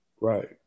Right